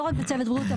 לא רק לצוות הבריאות,